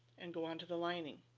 and go on to the lining.